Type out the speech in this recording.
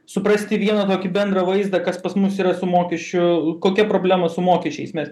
suprasti vieną tokį bendrą vaizdą kas pas mus yra su mokesčiu kokia problema su mokesčiais mes